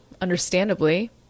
understandably